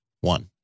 One